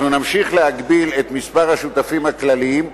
אנחנו נמשיך להגביל את מספר השותפים הכלליים,